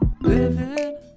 Living